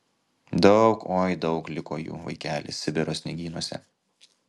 daug oi daug liko jų vaikeli sibiro sniegynuose